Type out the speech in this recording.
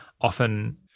often